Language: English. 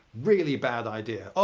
really bad idea. ah